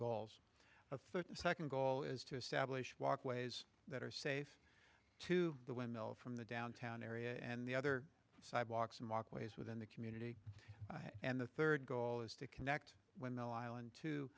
goals of thirty second goal is to establish walkways that are safe to the wind mill from the downtown area and the other sidewalks and walkways within the community and the third goal is to connect